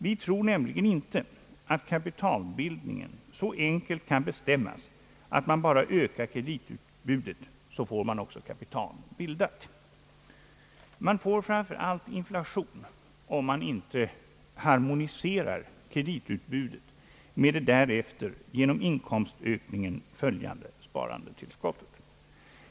Vi tror nämligen inte att kapitalbildningen så enkelt kan bestämmas, att om man bara ökar kreditutbudet så får man också kapitalet bildat. Man får framför allt inflation, om man inte harmonierar kreditutbudet med det därefter genom inkomstökningen följande sparandetillskottet.